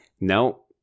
no